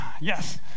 yes